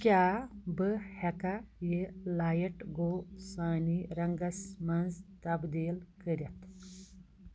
کیٛاہ بہٕ ہٮ۪کا یہِ لایٹ گوسانی رنٛگَس منٛز تبدیٖل کٔرِتھ